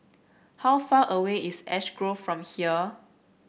how far away is Ash Grove from here